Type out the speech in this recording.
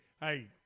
hey